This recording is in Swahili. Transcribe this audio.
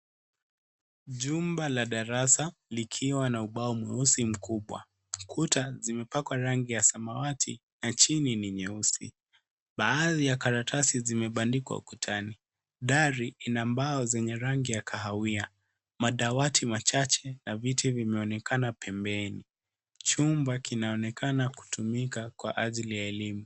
Jumba la darasa likiwa na ubao mweusi mkubwa. Kuta zimepakwa rangi ya samawati na chini ni nyeusi. Baadhi ya karatasi zimebandikwa ukutani. Dari ina mbao zenye rangi ya kahawia. Madawati machache na viti vinaonekana pembeni. Chumba kinaonekana kutumika kwa ajili ya elimu.